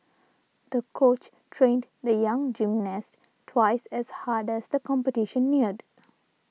the coach trained the young gymnast twice as hard as the competition neared